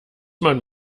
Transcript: man